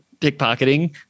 pickpocketing